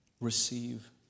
Receive